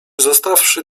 zostawszy